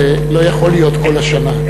זה לא יכול להיות כל השנה.